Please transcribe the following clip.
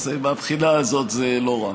אז מהבחינה הזאת זה לא רע.